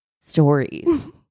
stories